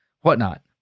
whatnot